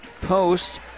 post